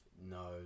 no